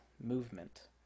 Movement